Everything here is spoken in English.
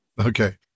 Okay